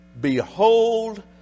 Behold